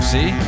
See